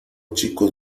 chicos